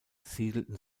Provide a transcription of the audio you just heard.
siedelten